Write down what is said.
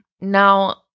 Now